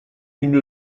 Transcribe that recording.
une